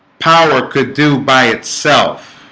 power could do by itself